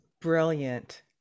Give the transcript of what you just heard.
brilliant